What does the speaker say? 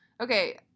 Okay